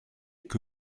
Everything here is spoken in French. que